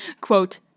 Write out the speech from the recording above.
quote